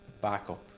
backup